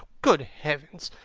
good heavens!